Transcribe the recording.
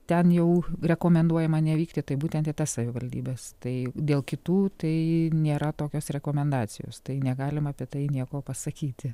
ten jau rekomenduojama nevykti tai būtent į tas savivaldybes tai dėl kitų tai nėra tokios rekomendacijos tai negalim apie tai nieko pasakyti